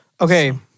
Okay